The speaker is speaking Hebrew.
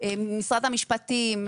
משרד המשפטים,